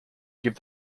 give